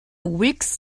weeks